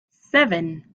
seven